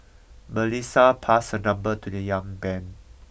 Melissa passed her number to the young man